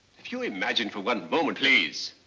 if you imagined for one moment please.